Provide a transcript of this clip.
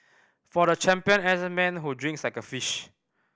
for the champion N S man who drinks like a fish